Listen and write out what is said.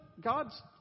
God's